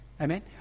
Amen